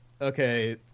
okay